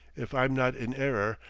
if i'm not in error,